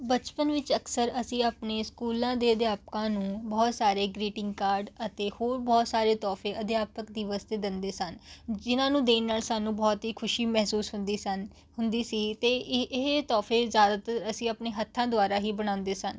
ਬਚਪਨ ਵਿੱਚ ਅਕਸਰ ਅਸੀਂ ਆਪਣੇ ਸਕੂਲਾਂ ਦੇ ਅਧਿਆਪਕਾਂ ਨੂੰ ਬਹੁਤ ਸਾਰੇ ਗਰੀਟਿੰਗ ਕਾਰਡ ਅਤੇ ਹੋਰ ਬਹੁਤ ਸਾਰੇ ਤੋਹਫ਼ੇ ਅਧਿਆਪਕ ਦਿਵਸ 'ਤੇ ਦਿੰਦੇ ਸਨ ਜਿਨ੍ਹਾਂ ਨੂੰ ਦੇਣ ਨਾਲ ਸਾਨੂੰ ਬਹੁਤ ਹੀ ਖੁਸ਼ੀ ਮਹਿਸੂਸ ਹੁੰਦੀ ਸਨ ਹੁੰਦੀ ਸੀ ਅਤੇ ਇਹ ਇਹ ਤੋਹਫ਼ੇ ਜ਼ਿਆਦਾਤਰ ਅਸੀਂ ਆਪਣੇ ਹੱਥਾਂ ਦੁਆਰਾ ਹੀ ਬਣਾਉਂਦੇ ਸਨ